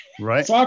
Right